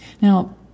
now